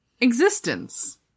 existence